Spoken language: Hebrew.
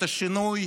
את השינוי